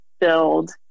build